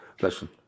listen